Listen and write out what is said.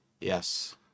Yes